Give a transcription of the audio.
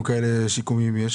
זה